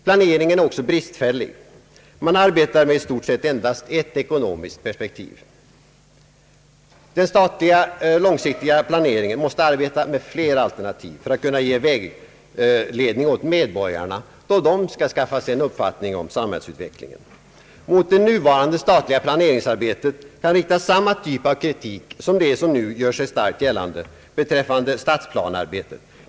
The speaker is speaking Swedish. Planeringen är också bristfällig. Man arbetar med i stort sett endast ett ekonomiskt perspektiv. Den statliga långsiktiga ekonomiska planeringen måste arbeta med flera alternativ för att kunna ge medborgarna vägledning då de skall skaffa sig en uppfattning om samhällets utveckling. Mot nuvarande statliga planeringsarbeten kan riktas samma typ av kritik som nu gör sig starkt gällande beträffande stadsplanearbetet.